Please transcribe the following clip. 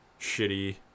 shitty